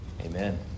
Amen